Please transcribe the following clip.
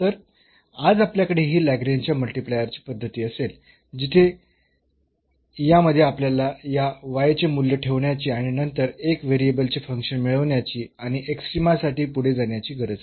तर आज आपल्याकडे ही लाग्रेंजच्या मल्टिप्लायरची पद्धती असेल जिथे यामध्ये आपल्याला या चे मूल्य ठेवण्याची आणि नंतर एक व्हेरिएबलचे फंक्शन मिळविण्याची आणि एक्स्ट्रीमा साठी पुढे जाण्याची गरज नाही